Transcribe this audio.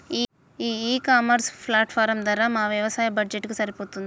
ఈ e commerce platform ధర మా వ్యవసాయ బడ్జెట్ కు సరిపోతుందా?